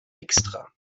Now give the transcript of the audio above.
extra